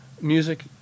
music